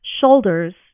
shoulders